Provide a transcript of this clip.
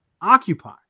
Occupy